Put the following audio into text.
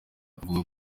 avuga